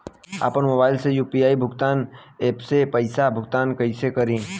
आपन मोबाइल से यू.पी.आई भुगतान ऐपसे पईसा भुगतान कइसे करि?